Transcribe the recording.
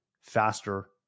faster